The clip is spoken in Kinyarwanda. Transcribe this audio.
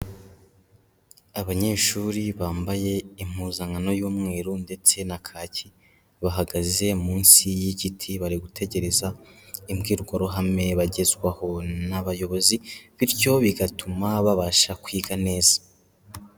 Abanyeshuri bambaye impuzankano y'umweru ndetse na kaki, bahagaze munsi y'igiti bari gutegereza imbwirwaruhame bagezwaho n'abayobozi bityo bigatuma babasha kwiga neza.